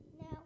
No